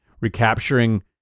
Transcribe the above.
recapturing